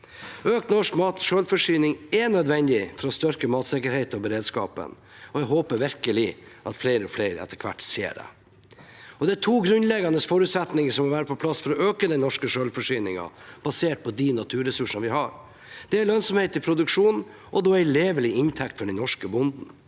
Økt norsk selvforsyning er nødvendig for å styrke matsikkerheten og beredskapen, og jeg håper virkelig at flere og flere etter hvert ser det. Det er to grunnleggende forutsetninger som må være på plass for å øke den norske selvforsyningen basert på de naturressursene vi har. Det er lønnsomhet i produksjonen – og da en levelig inntekt for den norske bonden